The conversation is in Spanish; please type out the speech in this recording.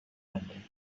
nombre